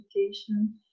education